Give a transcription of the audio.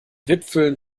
wipfeln